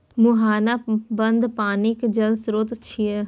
मुहाना बंद पानिक जल स्रोत छियै